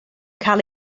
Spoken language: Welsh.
cael